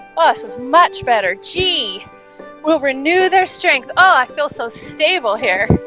ah so is much better gee will renew their strength oh i feel so stable here